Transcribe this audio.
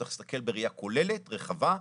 צריך להסתכל בראייה כוללת, רחבה.